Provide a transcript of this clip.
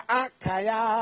akaya